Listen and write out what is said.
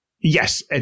Yes